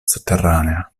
sotterranea